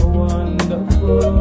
wonderful